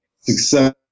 Success